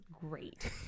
great